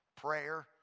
prayer